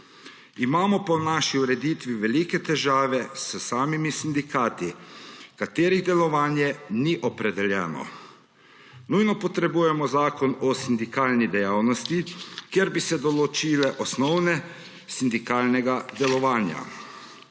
Imamo pa v naši ureditvi velike težave s samimi sindikati, katerih delovanje ni opredeljeno. Nujno potrebujemo zakon o sindikalni dejavnosti, kjer bi se določile osnove sindikalnega delovanja.